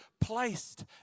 placed